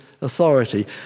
authority